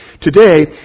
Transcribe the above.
Today